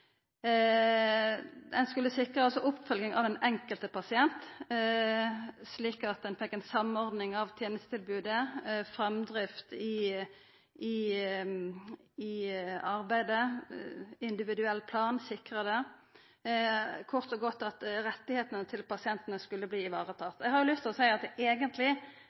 Ein skulle sikra oppfølging av den enkelte pasienten, slik at ein fekk ei samordning av tenestetilbodet og framdrift i arbeidet, sikra individuell plan – kort og godt at rettane til pasientane skulle verta varetatte. Eg har lyst til å seia at eigentleg er det